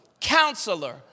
counselor